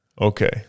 okay